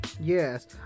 Yes